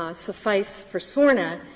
um suffice for sorna.